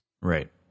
right